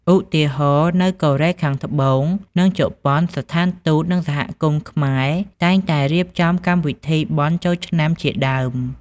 ឧទាហរណ៍ នៅកូរ៉េខាងត្បូង និងជប៉ុន ស្ថានទូត និងសហគមន៍ខ្មែរតែងតែរៀបចំកម្មវិធីបុណ្យចូលឆ្នាំ ជាដើម ។